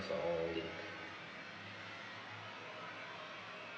it's all linked